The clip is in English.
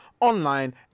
online